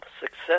success